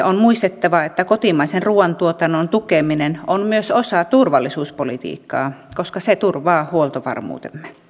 on muistettava että kotimaisen ruuan tuotannon tukeminen on myös osa turvallisuuspolitiikkaa koska se turvaa huoltovarmuutemme